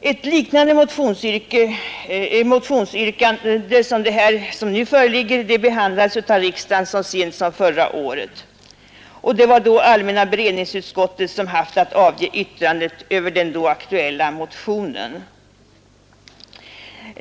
Ett liknande motionsyrkande som det som nu föreligger behandlades av riksdagen så sent som förra året. Det var då allmänna beredningsutskottet som hade att avge yttrande över motionen.